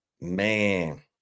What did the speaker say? Man